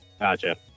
gotcha